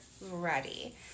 ready